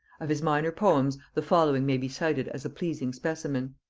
of his minor poems the following may be cited as a pleasing specimen.